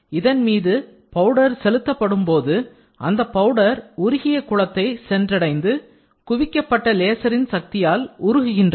இதன்மீது powder செலுத்தப்படும்போது அந்தப் powder உருகிய குளத்தை சென்றடைந்து குவிக்கப்பட்ட லேசரின் சக்தியால் உருகுகின்றது